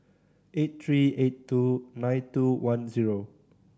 eight three eight two nine two one zero